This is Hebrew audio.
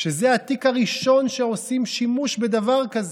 שזה התיק הראשון שעושים שימוש בדבר כזה.